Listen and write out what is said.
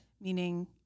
Meaning